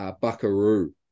Buckaroo